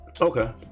okay